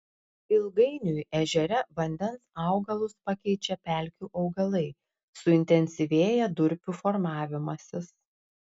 ilgainiui ežere vandens augalus pakeičia pelkių augalai suintensyvėja durpių formavimasis